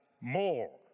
more